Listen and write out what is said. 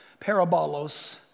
parabolos